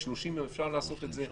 ב-30 יום אפשר לעשות גם את זה.